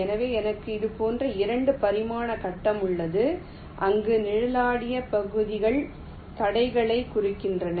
எனவே எனக்கு இது போன்ற 2 பரிமாண கட்டம் உள்ளது அங்கு நிழலாடிய பகுதிகள் தடைகளை குறிக்கின்றன